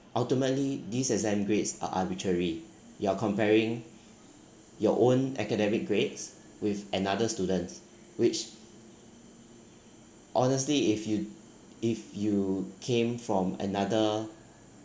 ultimately these exam grades are arbitrary you are comparing your own academic grades with another student's which honestly if you if you came from another